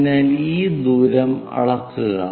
അതിനാൽ ഈ ദൂരം അളക്കുക